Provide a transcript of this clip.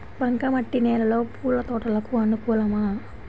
బంక మట్టి నేలలో పూల తోటలకు అనుకూలమా?